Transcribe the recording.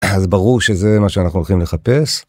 אז ברור שזה מה שאנחנו הולכים לחפש.